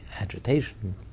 agitation